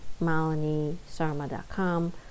malinisarma.com